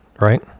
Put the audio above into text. right